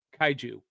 Kaiju